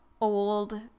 old